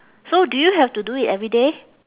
so do you have to do it every day